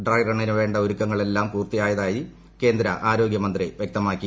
ഡ്രൈറണ്ണിന് വേണ്ട ഒരുക്കങ്ങൾ എല്ലാം പൂർത്തിയായതായി കേന്ദ്ര ആരോഗ്യമന്ത്രി വ്യക്തമാക്കി